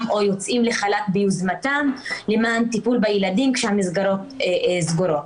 או יוצאים לחל"ת ביוזמתם למען טיפול בילדים כשהמסגרות סגורות.